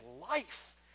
life